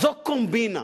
זו קומבינה,